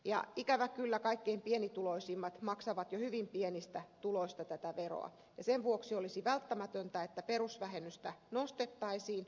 ja ikävä kyllä kaikkein pienituloisimmat maksavat jo hyvin pienistä tuloista tätä veroa ja sen vuoksi olisi välttämätöntä että perusvähennystä nostettaisiin